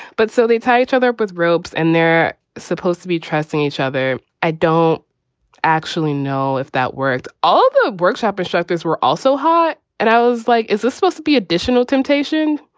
but so they tied other with ropes and they're supposed to be trusting each other i don't actually know if that works. all the workshop instructors were also hot and i was like, is this supposed to be additional temptation?